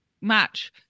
match